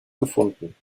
gefunden